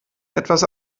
etwas